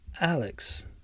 Alex